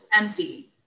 empty